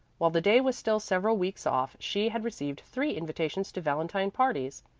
while the day was still several weeks off she had received three invitations to valentine parties.